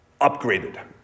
upgraded